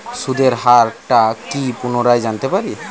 সুদের হার টা কি পুনরায় জানতে পারি?